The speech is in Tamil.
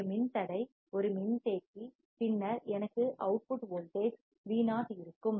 ஒரு மின்தடை ஒரு மின்தேக்கி பின்னர் எனக்கு அவுட்புட் வோல்டேஜ் Vo இருக்கும்